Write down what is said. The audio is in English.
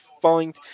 find